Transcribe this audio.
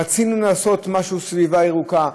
רצינו לעשות משהו עם סביבה ירוקה.